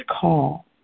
call